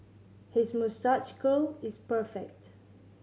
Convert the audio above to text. his moustache curl is perfect